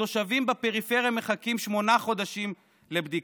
כשתושבים בפריפריה מחכים שמונה חודשים לבדיקה.